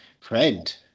friend